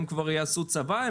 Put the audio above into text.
הם כבר יעשו צבא,